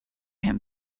him